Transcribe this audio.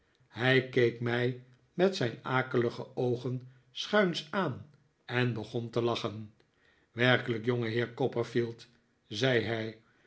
hij keek mij met zijn akelige oogen schuins aan en begon te lachen werkelijk jongeheer copperfield zei hij